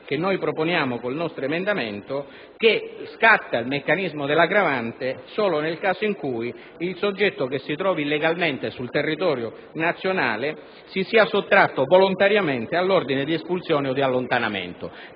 che noi proponiamo con l'emendamento 1.3, in base al quale il meccanismo dell'aggravante scatta solo nel caso in cui il soggetto che si trovi illegalmente sul territorio nazionale si sia sottratto volontariamente all'ordine di espulsione o di allontanamento.